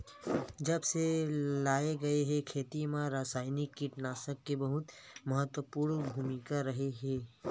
जब से लाए गए हे, खेती मा रासायनिक कीटनाशक के बहुत महत्वपूर्ण भूमिका रहे हे